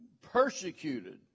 Persecuted